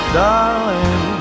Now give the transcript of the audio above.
darling